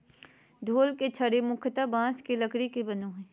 ढोल के छड़ी मुख्यतः बाँस के लकड़ी के बनो हइ